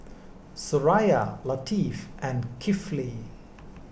Suraya Latif and Kifli